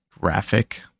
Graphic